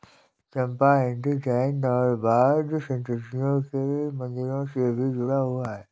चंपा हिंदू, जैन और बौद्ध संस्कृतियों के मंदिरों से भी जुड़ा हुआ है